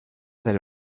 del